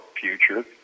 future